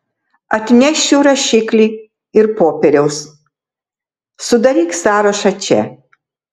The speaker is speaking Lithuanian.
atnešiu rašiklį ir popieriaus sudaryk sąrašą čia